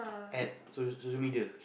at social social media